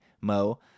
Mo